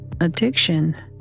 addiction